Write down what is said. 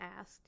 asked